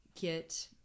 get